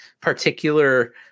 particular